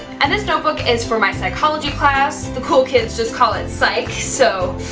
and this notebook is for my psychology class. the cool kids just call it psych so,